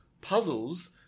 puzzles